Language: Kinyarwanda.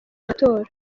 matora